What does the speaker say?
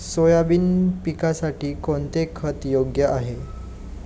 Soybean पिकासाठी कोणते खत योग्य आहे?